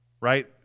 right